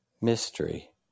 mystery